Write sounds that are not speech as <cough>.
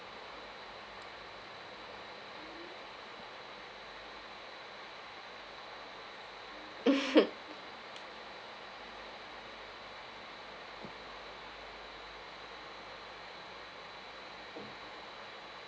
<laughs>